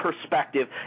perspective